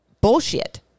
bullshit